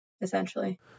Essentially